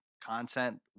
content